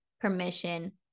permission